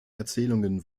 erzählungen